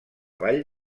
vall